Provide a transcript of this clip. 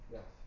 Yes